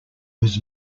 was